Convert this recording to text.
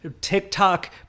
TikTok